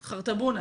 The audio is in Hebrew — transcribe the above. חרטבונה.